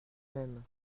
même